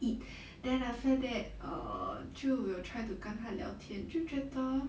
eat then after that err 就有跟他 try to 聊天就觉得